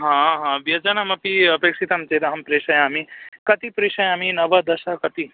हा हा व्यजनमपि अपेक्षितं चेदहं प्रेषयामि कति प्रेषयामि नव दश कति